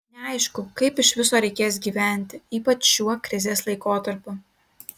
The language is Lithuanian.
neaišku kaip iš viso reikės gyventi ypač šiuo krizės laikotarpiu